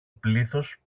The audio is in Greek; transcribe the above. πλήθος